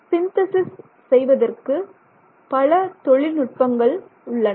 synthesis செய்வதற்கு பல தொழில்நுட்பங்கள் உள்ளன